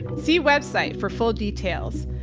see website for full details,